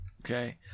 Okay